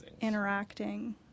interacting